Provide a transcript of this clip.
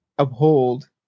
uphold